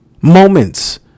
moments